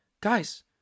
guys